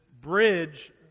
bridge